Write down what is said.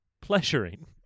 pleasuring